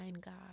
god